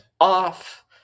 off